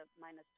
minus